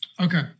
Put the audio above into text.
Okay